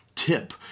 tip